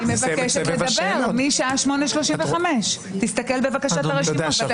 אני מבקשת לדבר משעה 8:35. תסתכל בבקשה ברשימות.